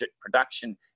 production